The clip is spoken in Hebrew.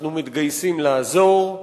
אנחנו מתגייסים לעזור,